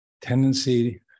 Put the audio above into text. tendency